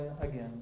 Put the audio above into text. again